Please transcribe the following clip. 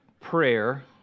prayer